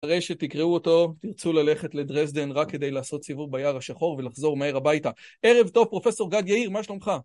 אחרי שתקראו אותו, תרצו ללכת לדרזדן רק כדי לעשות סיבוב ביער השחור ולחזור מהר הביתה. ערב טוב פרופסור גד יאיר, מה שלומך?